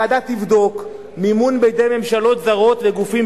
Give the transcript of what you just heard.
"הוועדה תבדוק מימון בידי ממשלות זרות וגופים